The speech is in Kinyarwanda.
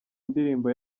ndirimbo